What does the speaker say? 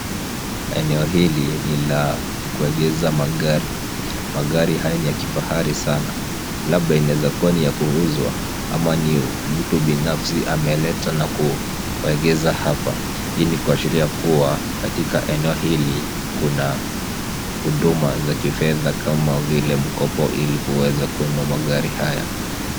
Eneo hili ni la kuegeza magari. Magari haya ni ya kifahari sana. Labda inaweza kuwa ni ya kuuzwa, ama ni mtu binafsi ameleta na kuegeza hapa. Hii ni kuashiria kuwa katika eneo hili kuna huduma za kifedha kama vile mkopo ili kuweza kununua magari haya.